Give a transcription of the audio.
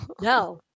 No